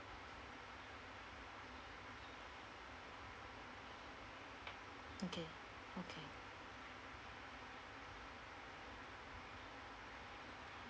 okay okay